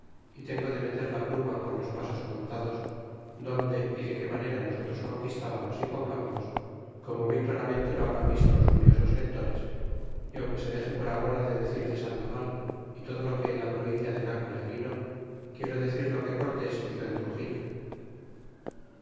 y tengo de meter la pluma por los pasos contados donde y de que manera nosotros conquistábamos y poblábamos como muy claramente lo habrán visto los curiosos lectores y aunque se dexe por agora de decir de sandoval y todo lo que en la provincia de naco le avino quiero decir lo que cortés hizo en trucapitulo